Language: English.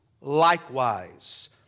likewise